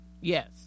Yes